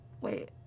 wait